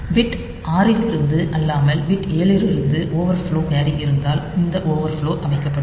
bit 6 இலிருந்து அல்லாமல் bit 7 இலிருந்து ஓவர் ஃப்லோ கேரி இருந்தால் இந்த ஓவர் ஃப்லோ அமைக்கப்படும்